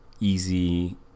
easy